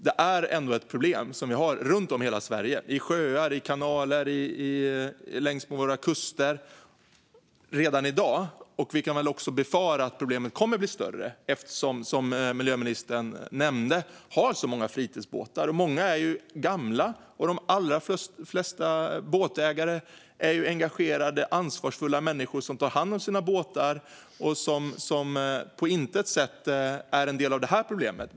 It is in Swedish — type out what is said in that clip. Detta är ett problem som vi redan i dag har i hela Sverige - i sjöar, i kanaler och längs med våra kuster. Vi kan också befara att problemet kommer att bli större, eftersom det, som miljöministern nämnde, finns många fritidsbåtar. Många är gamla. De allra flesta båtägare är engagerade och ansvarsfulla människor som tar hand om sina båtar och på intet sätt är en del av problemet.